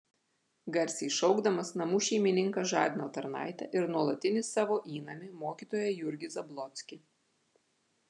garsiai šaukdamas namų šeimininkas žadino tarnaitę ir nuolatinį savo įnamį mokytoją jurgį zablockį